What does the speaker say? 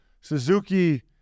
Suzuki